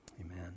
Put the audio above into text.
Amen